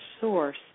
source